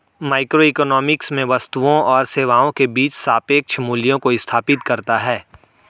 microeconomics में वस्तुओं और सेवाओं के बीच सापेक्ष मूल्यों को स्थापित करता है